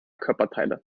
körperteile